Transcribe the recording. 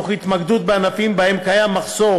תוך התמקדות בענפים שבהם קיים מחסור